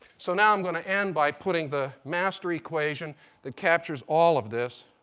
so now i'm going to end by putting the master equation that captures all of this.